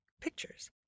pictures